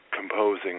composing